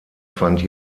fand